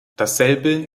dasselbe